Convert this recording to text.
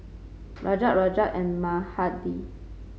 Rajat Rajat and Mahade